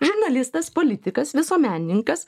žurnalistas politikas visuomenininkas